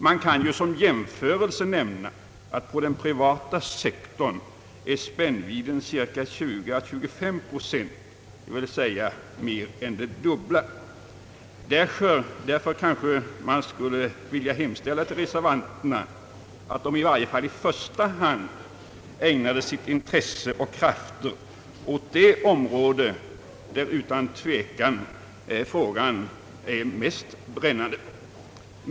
Man kan som jämförelse nämna att spännvidden på den privata sektorn är cirka 24 å 25 procent, dvs. mer än det dubbla. Därför kanske man skulle vilja hemställa till reservanterna att de i första hand ägnar sitt intresse och sina krafter åt det område där frågan utan tvekan är mest brännande.